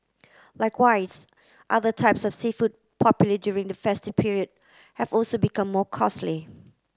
likewise other types of seafood popular during the festive period have also become more costly